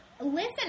listen